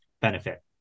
benefit